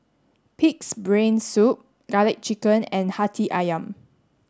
pig's brain soup garlic chicken and Hati Ayam